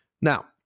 Now